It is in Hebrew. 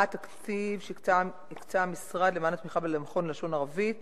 מה התקציב שהקצה המשרד למען התמיכה במכון ללשון הערבית?